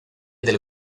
del